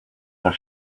her